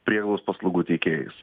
prieigos paslaugų teikėjais